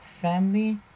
family